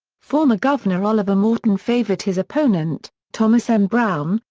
former governor oliver morton favored his opponent, thomas m. browne,